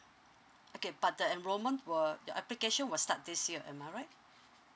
okay but the enrollment will the application will start this year am I right